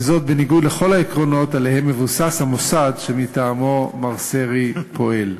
וזאת בניגוד לכל העקרונות שעליהם מבוסס המוסד שמטעמו מר סרי פועל.